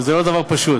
וזה לא דבר פשוט.